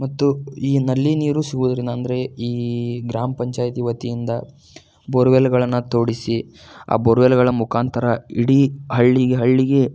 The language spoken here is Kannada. ಮತ್ತು ಈ ನಲ್ಲಿ ನೀರು ಸಿಗುವುದರಿಂದ ಅಂದರೆ ಈ ಗ್ರಾಮ ಪಂಚಾಯಿತಿ ವತಿಯಿಂದ ಬೋರ್ವೆಲ್ಗಳನ್ನು ತೋಡಿಸಿ ಆ ಬೋರ್ವೆಲ್ಗಳ ಮುಖಾಂತರ ಇಡೀ ಹಳ್ಳಿಗೆ ಹಳ್ಳಿಗೆ